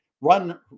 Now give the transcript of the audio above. run